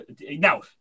Now